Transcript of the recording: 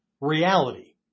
reality